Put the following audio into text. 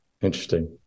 Interesting